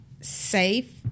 safe –